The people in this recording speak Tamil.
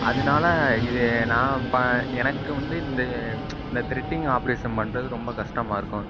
அதனால இது நான் எனக்கு வந்து இந்த இந்த த்ரெடிங் ஆபரேஷன் பண்றது ரொம்ப கஷ்டமாக இருக்கும்